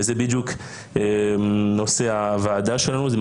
וזה בדיוק נושא הוועדה שלנו.